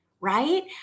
right